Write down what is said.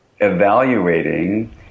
evaluating